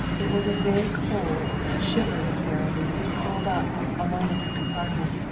it was a very cold and shivering sara lee who curled up, alone in her compartment,